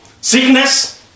Sickness